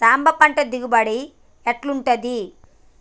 సాంబ పంట దిగుబడి ఎట్లుంటది?